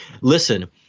listen